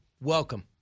welcome